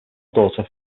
daughter